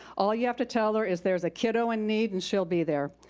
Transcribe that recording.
all you have to tell her is there's a kiddo in need and she'll be there.